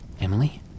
Emily